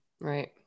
Right